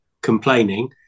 complaining